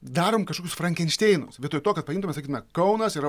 darom kažkokius frankenšteinus vietoj to kad paimtume sakytume kaunas yra